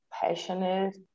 passionate